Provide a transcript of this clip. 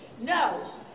No